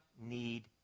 need